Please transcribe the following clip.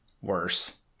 worse